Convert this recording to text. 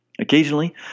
Occasionally